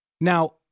Now